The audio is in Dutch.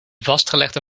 vastgelegde